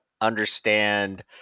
understand